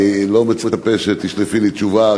אני לא מצפה שתשלפי לי תשובה,